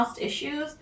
issues